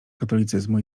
katolicyzmu